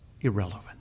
irrelevant